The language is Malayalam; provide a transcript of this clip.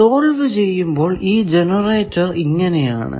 സോൾവ് ചെയ്യുമ്പോൾ ഈ ജനറേറ്റർ ഇങ്ങനെ ആണ്